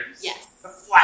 Yes